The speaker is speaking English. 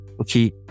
Okay